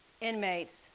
inmates